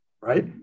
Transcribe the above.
right